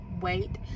wait